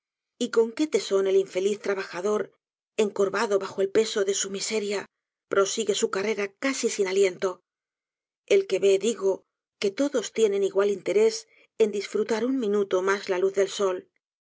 y con que tesón el infeliz trabajador encorvado bajo el peso de su miseria prosigue su carrera casi sin aliento el que ve digo que todos tienen igual interés en disfrutar un minuto mas la luz del sol